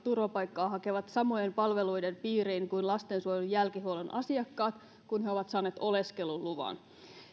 turvapaikkaa hakevat samojen palveluiden piiriin kuin lastensuojelun jälkihuollon asiakkaat kun he ovat saaneet oleskeluluvan